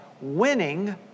Winning